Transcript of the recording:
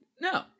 No